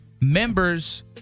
members